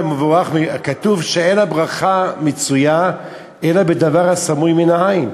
כתוב שאין הברכה מצויה אלא בדבר הסמוי מן העין,